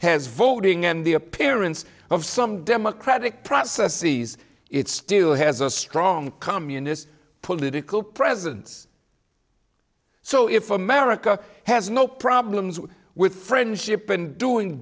has voting and the appearance of some democratic process sees it still has a strong communist political presence so if america has no problems with friendship and doing